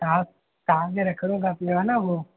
हा तव्हांखे रखिणो खपे आहे न उहो